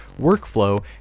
workflow